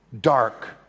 dark